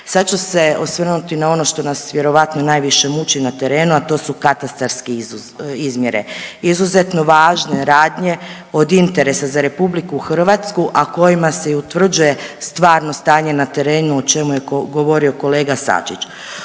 Sad ću se osvrnuti na ono što nas vjerojatno najviše muči na terenu, a to su katastarske izmjere. Izuzetno važne radnje od interesa za RH, a kojima se utvrđuje stvarno stanje na terenu o čemu je govorio kolega SAčić.